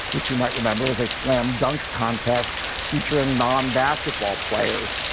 which you might remember was a slam dunk contest featuring non basketball players.